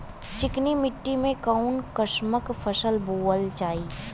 चिकनी मिट्टी में कऊन कसमक फसल बोवल जाई?